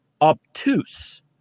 obtuse